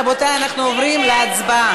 רבותיי, אנחנו עוברים להצבעה.